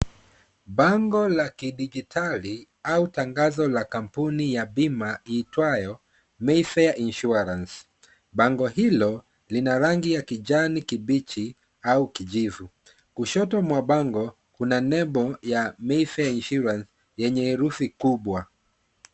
Bango la kidijitali au tangazo la kampuni ya bima iitwayo "MayFair Insurance". Bango hilo lina rangi ya kijani kibichi au kijivu. Kushoto mwa bango, kuna nembo ya "MayFair Insurance" yenye herufi kubwa.